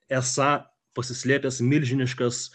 esą pasislėpęs milžiniškas